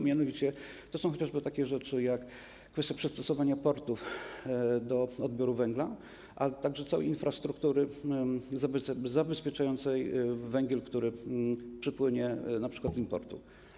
Mianowicie to są chociażby takie rzeczy jak kwestia przystosowania portów do odbioru węgla, a także całej infrastruktury zabezpieczającej węgiel, który przypłynie np. z importu.